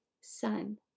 sun